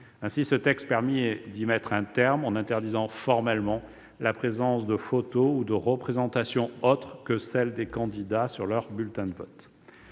un terme à de telles démarches, en interdisant formellement la présence de photos ou de représentations autres que celles des candidats sur leurs bulletins de vote.